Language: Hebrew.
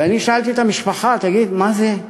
ואני שאלתי את המשפחה: תגיד, מה זה?